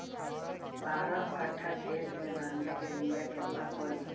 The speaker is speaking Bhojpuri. बारह कट्ठाखेत में धनिया के बीया केतना परी?